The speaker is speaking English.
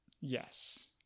Yes